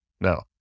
Now